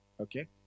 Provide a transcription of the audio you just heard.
Okay